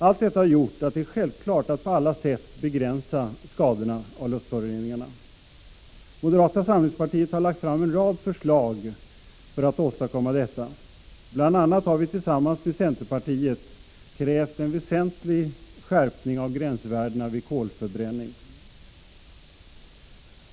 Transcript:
Allt detta har gjort det självklart att på alla sätt begränsa skadorna av luftföroreningarna. Moderata samlingspartiet har lagt fram en rad förslag för att åstadkomma detta. Bl.a. har vi tillsammans med centerpartiet krävt en väsentlig skärpning av gränsvärdena vid kolförbränning.